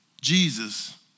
Jesus